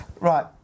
Right